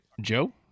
Joe